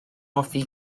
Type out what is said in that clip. hoffi